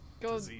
go